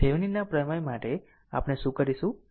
તો થેવેનિનના પ્રમેય માટે આપણે શું કરીશું